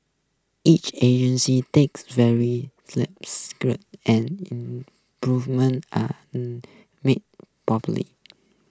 each agency takes every lapse and improvements are made